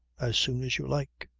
as soon as you like.